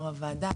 תודה רבה.